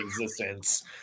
existence